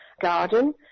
garden